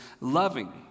loving